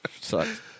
sucks